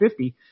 50